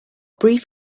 brief